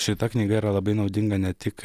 šita knyga yra labai naudinga ne tik